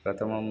प्रथमम्